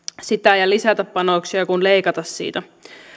sitä ja lisätä panoksia kuin leikata siitä